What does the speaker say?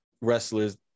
wrestlers